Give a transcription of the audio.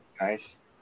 nice